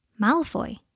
Malfoy